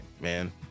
Man